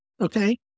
okay